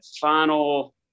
final